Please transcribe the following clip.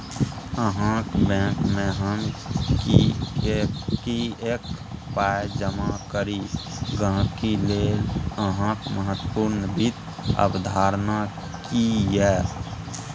अहाँक बैंकमे हम किएक पाय जमा करी गहिंकी लेल अहाँक महत्वपूर्ण वित्त अवधारणा की यै?